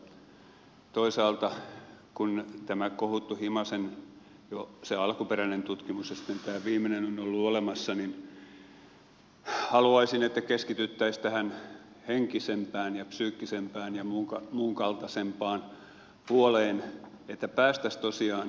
mutta toisaalta kun nämä kohutut himasen tutkimukset jo se alkuperäinen ja sitten tämä viimeinen ovat olleet olemassa haluaisin että keskityttäisiin tähän henkisempään ja psyykkisempään ja muunkaltaisempaan puoleen että päästäisiin tosiaan